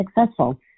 successful